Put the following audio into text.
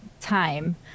time